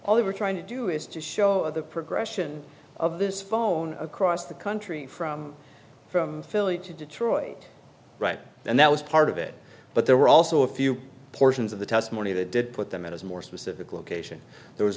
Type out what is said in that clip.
were trying to do is to show the progression of this phone across the country from from philly to detroit right and that was part of it but there were also a few portions of the testimony that did put them out as more specific location there was